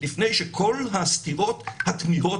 זו כמובן הערת אזהרה ותמרור